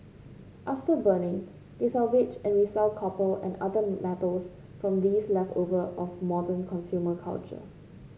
after burning they salvage and resell copper and other metals from these leftover of modern consumer culture